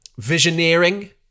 Visioneering